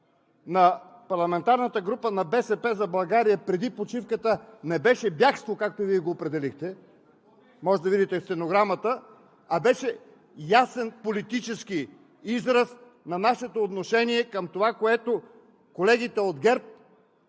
на парламентарната група на „БСП за България“ преди почивката не беше бягство, както Вие го определихте – можете да видите стенограмата, а беше ясен политически израз на нашето отношение към това, което колегите от ГЕРБ